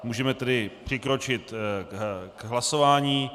Můžeme tedy přikročit k hlasování.